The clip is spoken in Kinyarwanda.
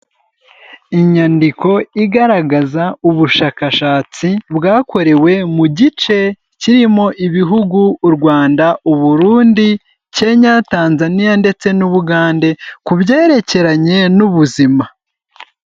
Inyandiko igaragaza ubushakashatsi bwakorewe mu gice kirimo ibihugu u Rwanda, u Burundi, Kenya, Tanzaniya ndetse n'u Bugande ku byerekeranye n'ubuzima.